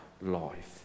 life